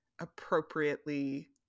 appropriately